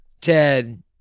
ted